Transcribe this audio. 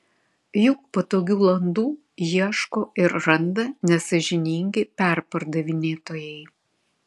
juk patogių landų ieško ir randa nesąžiningi perpardavinėtojai